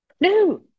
No